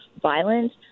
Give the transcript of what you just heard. violence